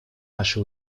наши